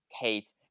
Kate